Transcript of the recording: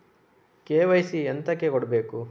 KYC ಎಂತಕೆ ಕೊಡ್ಬೇಕು?